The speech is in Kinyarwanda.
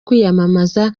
kwiyamamaza